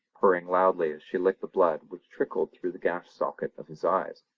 purring loudly as she licked the blood which trickled through the gashed socket of his eyes.